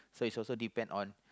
so is also depend on